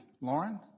Lauren